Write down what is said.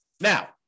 Now